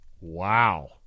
Wow